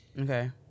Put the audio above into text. okay